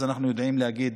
אנחנו יודעים להגיד